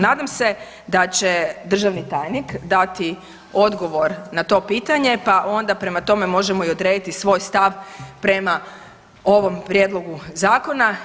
Nadam se da će državni tajnik dati odgovor na to pitanje, pa onda prema tome možemo odrediti svoj stav prema ovom prijedlogu zakona.